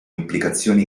implicazioni